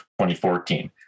2014